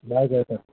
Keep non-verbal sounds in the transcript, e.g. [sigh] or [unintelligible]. బాగా చదువుతాడు [unintelligible]